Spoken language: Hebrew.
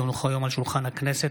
כי הונחו היום על שולחן הכנסת,